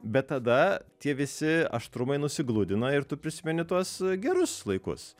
bet tada tie visi aštrumai nusigludina ir tu prisimeni tuos gerus laikus